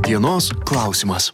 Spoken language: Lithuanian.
dienos klausimas